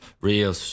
real